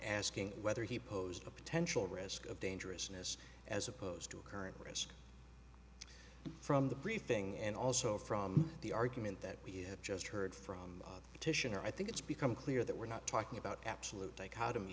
asking whether he posed a potential risk of dangerousness as opposed to a current risk from the briefing and also from the argument that we have just heard from titian i think it's become clear that we're not talking about absolute dichotom